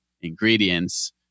ingredients